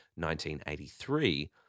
1983